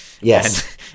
Yes